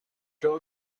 are